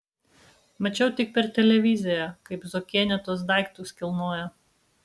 mačiau tik per televiziją kaip zuokienė tuos daiktus kilnoja